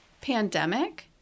pandemic